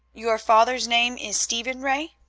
your father's name is stephen ray?